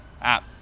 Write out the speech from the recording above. app